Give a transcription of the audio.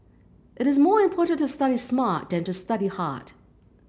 it is more important to study smart than to study hard